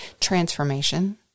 Transformation